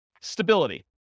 Stability